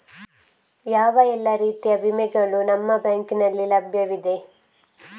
ಯಾವ ಎಲ್ಲ ರೀತಿಯ ವಿಮೆಗಳು ನಿಮ್ಮ ಬ್ಯಾಂಕಿನಲ್ಲಿ ಲಭ್ಯವಿದೆ?